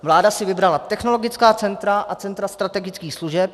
Vláda si vybrala technologická centra a centra strategických služeb.